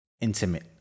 intimate